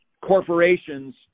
corporations